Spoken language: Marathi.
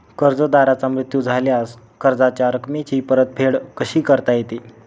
कर्जदाराचा मृत्यू झाल्यास कर्जाच्या रकमेची परतफेड कशी करता येते?